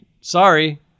Sorry